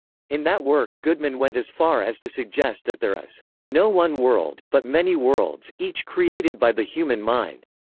in that work, goodman went as far as to suggest that there is no one world, but many worlds, each created by the human mind.